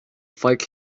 fight